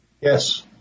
Yes